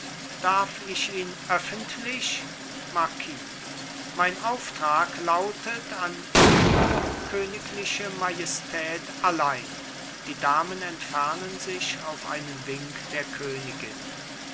darf ich ihn öffentlich marquis mein auftrag lautet an ihre königliche majestät allein die damen entfernen sich auf einen wink der königin